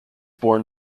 born